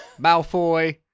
Malfoy